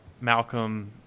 Malcolm